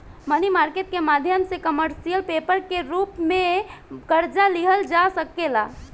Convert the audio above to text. मनी market के माध्यम से कमर्शियल पेपर के रूप में कर्जा लिहल जा सकेला